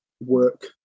work